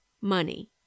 money